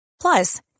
Plus